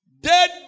dead